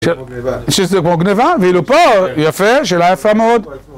שזה כמו גנבה, ואילו פה, יפה, שאלה יפה מאוד.